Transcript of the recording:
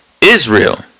Israel